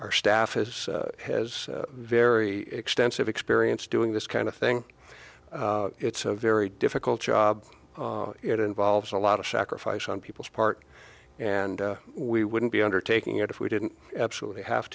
our staff is has very extensive experience doing this kind of thing it's a very difficult job it involves a lot of sacrifice on people's part and we wouldn't be undertaking it if we didn't absolutely have